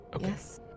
Yes